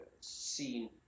seen